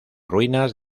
ruinas